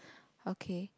okay